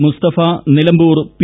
Mustafa Nilambur P